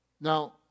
Now